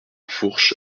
fourche